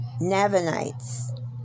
Navanites